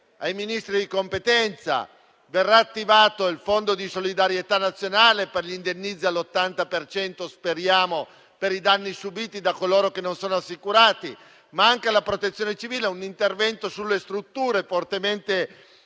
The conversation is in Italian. ai Ministri di competenza di attivare il Fondo di solidarietà nazionale per gli indennizzi all'80 per cento - speriamo - dei danni subiti da coloro che non sono assicurati. Mi rivolgo anche alla Protezione civile, per un intervento sulle strutture fortemente